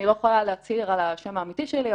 אני לא יכולה להצהיר על השם האמיתי שלי,